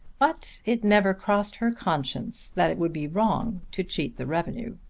but it never crossed her conscience that it would be wrong to cheat the revenue.